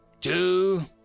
Two